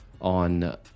on